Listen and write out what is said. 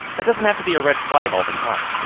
that doesn't have to be a red flag all the time.